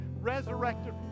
resurrected